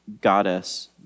goddess